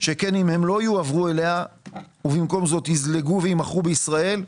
שכן אם הם לא יועברו אליה ובמקום זאת יזלגו ויימכרו בישראל,